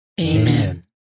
Amen